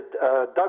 Doug